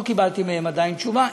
לא קיבלתי מהם עדיין תשובה.